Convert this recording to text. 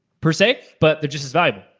per se, but they're just as valuable.